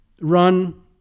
run